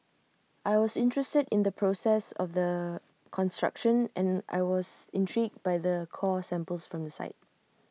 I was interested in the process of the construction and I was intrigued by the core samples from the site